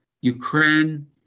Ukraine